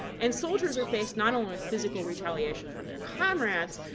and soldiers are faced not only with physical retaliation from their comrades,